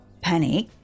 panic